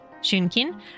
Shunkin